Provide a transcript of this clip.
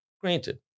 granted